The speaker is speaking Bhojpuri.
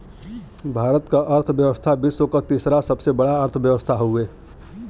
भारत क अर्थव्यवस्था विश्व क तीसरा सबसे बड़ा अर्थव्यवस्था हउवे